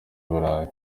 burayi